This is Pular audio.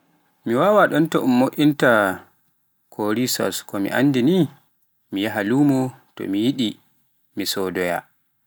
mi wawaa ɗonto un waɗaata kury sous, komi anndi ni so mi yiɗi mi yahai lumo mi sodoyaa.